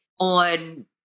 On